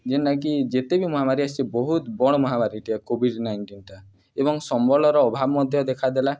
ଯେନ୍ଟାକି ଯେତେ ବି ମହାମାରୀ ଆସିଛେ ବହୁତ୍ ବଡ଼୍ ମହାମାରୀଟେ କୋଭିଡ଼୍ ନାଇଣ୍ଟିନ୍ଟା ଏବଂ ସମ୍ବଳର ଅଭାବ୍ ମଧ୍ୟ ଦେଖାଦେଲା